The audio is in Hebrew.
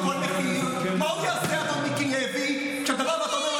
גאון הדור אתה.